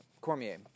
Cormier